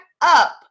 up